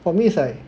for me is like